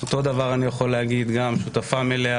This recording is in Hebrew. את גם שותפה מלאה,